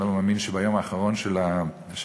אני לא מאמין שביום האחרון של המושב,